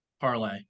Parlay